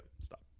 stop